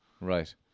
right